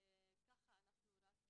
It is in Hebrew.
וכך אנחנו רק